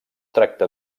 tracta